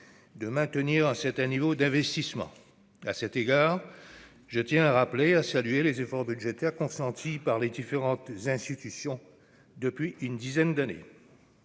de maintenir un certain niveau d'investissement. À cet égard, je tiens à rappeler, pour les saluer, les efforts budgétaires consentis par les différentes institutions depuis une dizaine d'années.